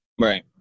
Right